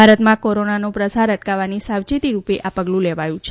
ભારતમાં કોરોનાનો પ્રસાર અટકાવવાની સાવચેતી રૂપે આ પગલું લેવાયું છે